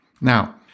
Now